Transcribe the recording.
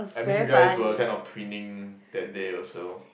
I mean you guys were kind of twinning that day also